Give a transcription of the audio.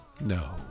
No